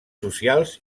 socials